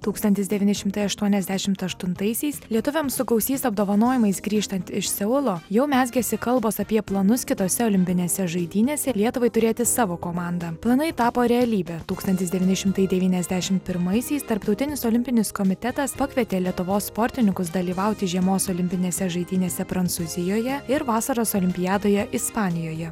tūkstantis devyni šimtai aštuoniasdešimt aštuntaisiais lietuviams su gausiais apdovanojimais grįžtant iš seulo jau mezgėsi kalbos apie planus kitose olimpinėse žaidynėse lietuvai turėti savo komandą planai tapo realybe tūkstantis devyni šimtai devyniasdešimt pirmaisiais tarptautinis olimpinis komitetas pakvietė lietuvos sportininkus dalyvauti žiemos olimpinėse žaidynėse prancūzijoje ir vasaros olimpiadoje ispanijoje